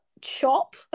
chop